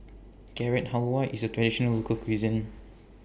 Carrot Halwa IS A Traditional Local Cuisine